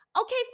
Okay